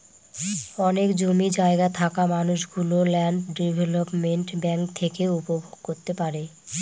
অনেক জমি জায়গা থাকা মানুষ গুলো ল্যান্ড ডেভেলপমেন্ট ব্যাঙ্ক থেকে উপভোগ করতে পারে